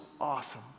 awesome